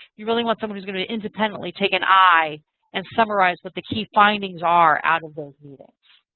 you really want someone who's going to independently take an eye and summarize what the key findings are out of those meetings.